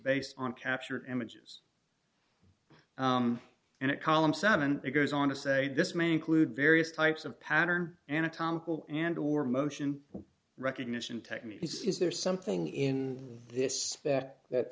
based on capture images and it column seven goes on to say this man include various types of pattern anatomical and or motion recognition technique is there something in this that that